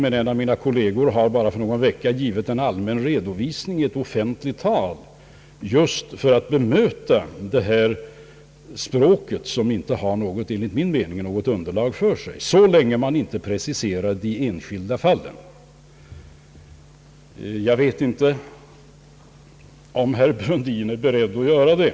En av mina kolleger har för några veckor sedan givit en allmän redovisning i ett offentligt tal just för att bemöta sådant språk, som enligt min mening saknar underlag så länge man inte preciserar de enskilda fallen. Jag vet inte om herr Brundin är beredd att göra det.